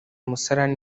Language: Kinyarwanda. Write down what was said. umusarani